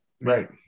Right